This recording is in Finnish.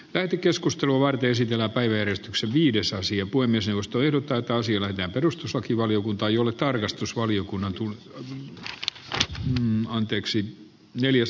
ey keskustelua varten sillä päiväjärjestyksen viides asia voi myös ehostui rataosilla ja perustuslakivaliokunta jolle tarkastusvaliokunnan tuli nyt gmn anteeksi kuudenteen polveen